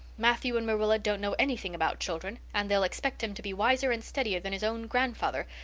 matthew and marilla don't know anything about children and they'll expect him to be wiser and steadier that his own grandfather,